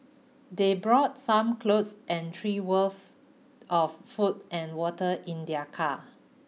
they brought some clothes and three worth of food and water in their car